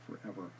forever